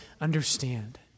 understand